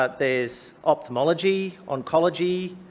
ah there's ophthalmology, oncology,